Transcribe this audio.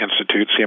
Institute